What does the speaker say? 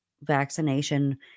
vaccination